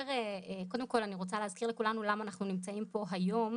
כאשר קודם כל אני רוצה להזכיר לכולנו למה אנחנו נמצאים פה היום,